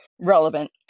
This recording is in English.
relevant